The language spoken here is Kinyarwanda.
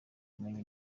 kumenya